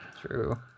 True